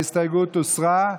ההסתייגות הוסרה.